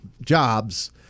jobs